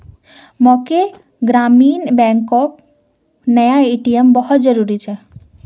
मोक ग्रामीण बैंकोक नया ए.टी.एम बहुत जरूरी छे